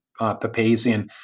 Papazian